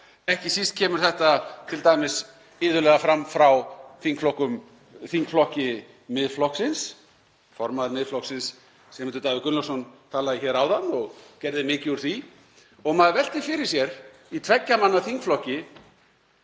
Ekki síst kemur þetta t.d. iðulega fram hjá þingflokki Miðflokksins. Formaður Miðflokksins, Sigmundur Davíð Gunnlaugsson, talaði hér áðan og gerði mikið úr því. Maður veltir fyrir sér í tveggja manna þingflokki,